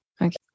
Okay